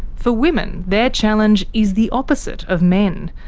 for women their challenge is the opposite of men.